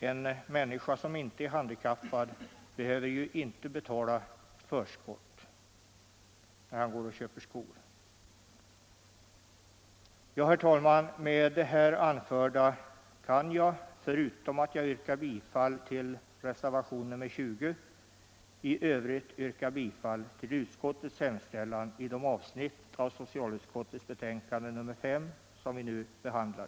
En människa som inte är handikappad behöver inte betala förskott när hon köper skor. Herr talman! Med de anförda kommentarerna vill jag —- förutom att jag har yrkat bifall till reservationen 20 — i övrigt yrka bifall till utskottets hemställan i de avsnitt av socialutskottets betänkande nr 5 som vi nu behandlar.